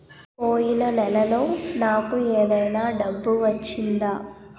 పోయిన నెలలో నాకు ఏదైనా డబ్బు వచ్చిందా?